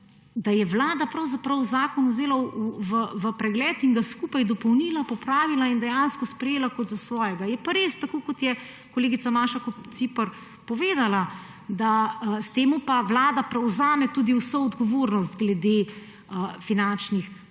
da je vlada pravzaprav zakon vzela v pregled in ga skupaj dopolnila, popravila in dejansko sprejela kot za svojega. Je pa res, tako kot je kolegica Maša Kociper povedala, da s tem pa vlada prevzame tudi vso odgovornost glede finančnih